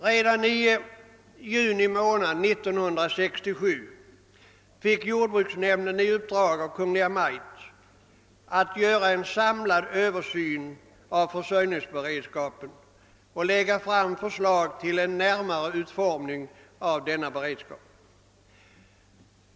Redan i juni månad 1967 fick jordbruksnämnden i uppdrag av Kungl. Maj:t att göra en samlad översyn av försörjningsberedskapen och =: lägga fram förslag till en närmare utformning av denna beredskap.